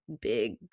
big